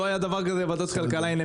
לא היה דבר כזה בוועדת הכלכלה - הנה,